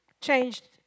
changed